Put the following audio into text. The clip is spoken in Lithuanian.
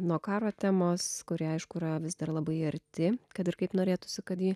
nuo karo temos kuri aišku yra vis dar labai arti kad ir kaip norėtųsi kad ji